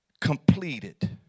completed